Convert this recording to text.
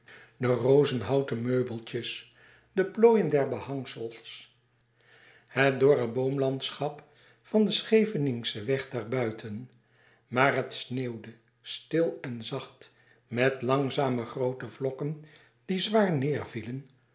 de rozenhouten meubeltjes de plooien der behangsels het dorre boomlandschap van den scheveningschen weg daar buiten maar het sneeuwde stil en zacht met langzame groote vlokken die zwaar